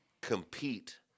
compete